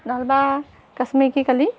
নহ'লেবা কাশ্মীৰ কি কলি